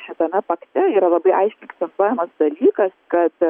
šitame pakte yra labai aiškiai akcentuojamas dalykas kad